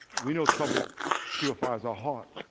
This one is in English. we know trouble purifies our heart.